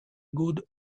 good